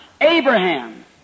Abraham